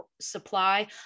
supply